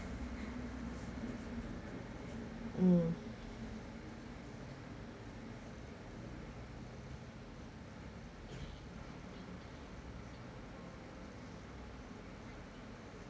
mm